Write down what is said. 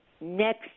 next